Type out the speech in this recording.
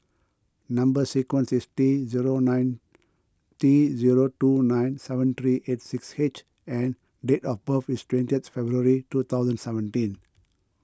Number Sequence is T zero nine T zero two nine seven three eight six H and date of birth is twentieth February two thousand seventeen